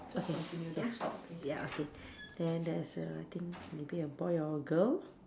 okay ya ya okay then there's I think maybe a boy or a girl